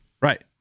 Right